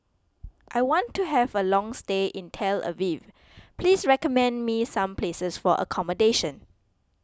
I want to have a long stay in Tel Aviv please recommend me some places for accommodation